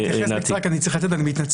אני אתייחס בקצרה כי אני צריך לצאת, אני מתנצל.